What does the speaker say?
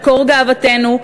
מקור גאוותנו,